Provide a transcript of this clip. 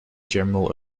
general